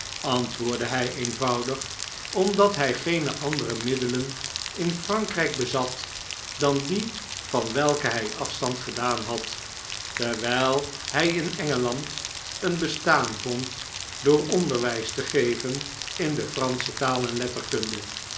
antwoordde hjj eenvoudig omdat hij geene andere middelen in f r a n k r ij k bezat dan die van welke hfl afstand gedaan had terwjjl hij in engeland een bestaan vond door onderwijs te geven in de fransche taal en letterkunde